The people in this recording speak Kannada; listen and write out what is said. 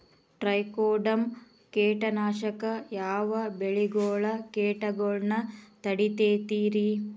ಟ್ರೈಕೊಡರ್ಮ ಕೇಟನಾಶಕ ಯಾವ ಬೆಳಿಗೊಳ ಕೇಟಗೊಳ್ನ ತಡಿತೇತಿರಿ?